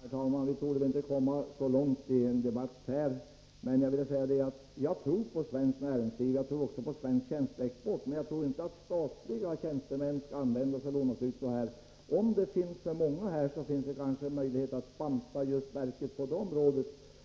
Herr talman! Vi torde inte komma så långt i debatten här. Men jag vill säga att jag tror på svenskt näringsliv, och jag tror även på svensk tjänsteexport. Jag tror emellertid inte att statliga tjänstemän skall lånas ut på det här sättet. Finns det för många tjänstemän på ett område kan man kanske banta verket just där, och då blir